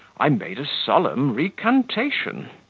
i made a solemn recantation.